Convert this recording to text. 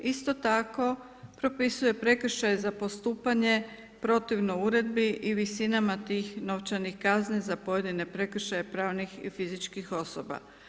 Isto tako propisuje prekršaj za postupanje protivno uredbi i visinama tih novčanih kazni za pojedine prekršaje pravnih i fizičkih osoba.